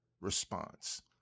response